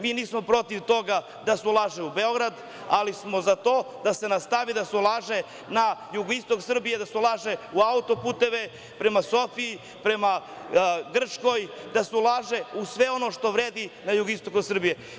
Mi nismo protiv toga da se ulaže u Beograd, ali smo za to da se nastavi da se ulaže na jugoistok Srbije da se ulaže u autoputeve prema Sofiji, prema Grčkoj, da se ulaže u sve ono što vredi na jugoistoku Srbije.